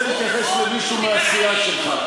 אני רוצה להתייחס למישהו מהסיעה שלך,